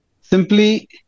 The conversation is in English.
simply